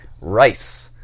Rice